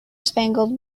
spangled